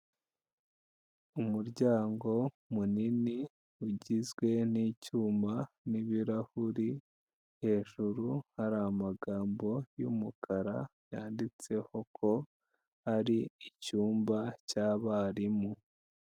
Umuryango munini ugizwe n'icyuma n'ibirahuri, hejuru hari amagambo y'umukara yanditseho ko ari icyumba cy'abarimu.